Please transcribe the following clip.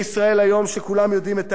וכולם יודעים את האמת על זה.